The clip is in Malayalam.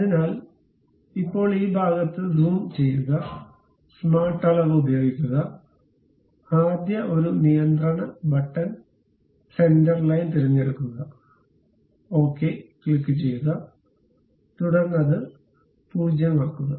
അതിനാൽ ഇപ്പോൾ ഈ ഭാഗത്ത് സൂം ചെയ്യുക സ്മാർട്ട് അളവ് ഉപയോഗിക്കുക ആദ്യ ഒരു നിയന്ത്രണ ബട്ടൺ സെന്റർ ലൈൻ തിരഞ്ഞെടുക്കുക ഓക്കേ ക്ലിക്കുചെയ്യുക തുടർന്ന് അത് 0 ആക്കുക